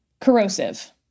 corrosive